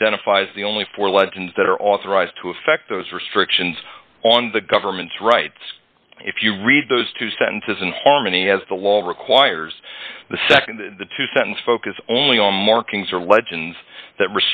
identifies the only for the genes that are authorized to affect those restrictions on the government's rights if you read those two sentences in harmony as the wall requires the nd the two sentence focus only on markings or legends that